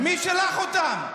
מי שלח אותם?